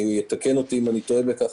יתקן אותי אם אני טועה בכך,